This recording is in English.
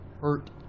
Hurt